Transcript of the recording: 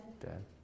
Dad